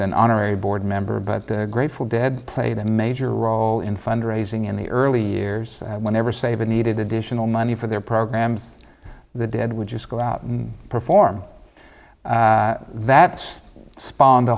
an honorary board member but the grateful dead played a major role in fundraising in the early years whenever saving needed additional money for their programs the dead would just go out and perform that spawn